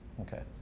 Okay